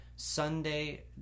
Sunday